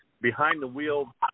behind-the-wheel